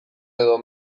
edo